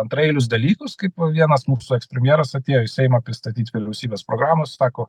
antraeilius dalykus kaip va vienas mūsų ekspremjeras atėjo į seimą pristatyt vyriausybės programos sako